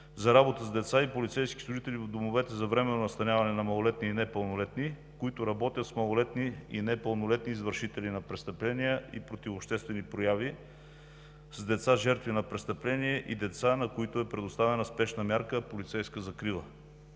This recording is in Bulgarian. за работа с деца и полицейски служители в домовете за временно настаняване на малолетни и непълнолетни, които работят с малолетни и непълнолетни извършители на престъпления и противообществени прояви с деца, жертви на престъпление, и деца, на които е предоставена спешна мярка „Полицейска закрила“.